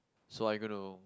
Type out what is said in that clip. so are you going to